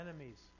enemies